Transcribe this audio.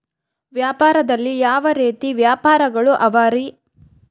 ವ್ಯಾಪಾರದಲ್ಲಿ ಯಾವ ರೇತಿ ವ್ಯಾಪಾರಗಳು ಅವರಿ?